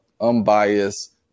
unbiased